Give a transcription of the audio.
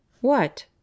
What